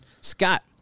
Scott